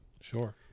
Sure